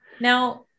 Now